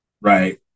Right